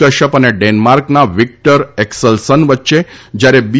કશ્યપ અને ડેનમાર્કના Victor Axelsen વચ્ચે જ્યારે બી